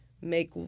make